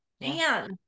man